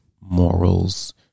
morals